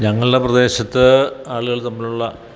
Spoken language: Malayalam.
ഞങ്ങൾടെ പ്രദേശത്ത് ആളുകൾ തമ്മിലുള്ള